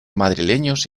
madrileños